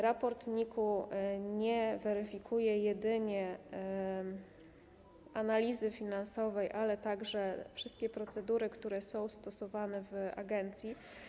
Raport NIK nie weryfikuje jedynie analizy finansowej, ale weryfikuje także wszystkie procedury, które są stosowane w agencji.